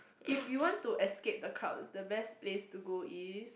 if you want to escape the crowds the best place to go is